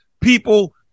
people